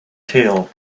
tail